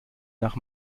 nach